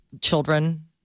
children